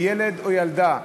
או ילד או ילדה,